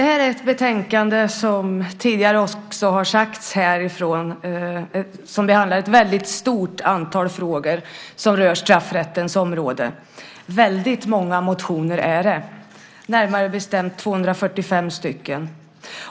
Herr talman! Det här är ett betänkande som behandlar ett väldigt stort antal frågor som rör straffrättens område, som tidigare också har sagts från talarstolen. Väldigt många motioner är det, närmare bestämt 245 stycken.